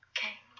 Okay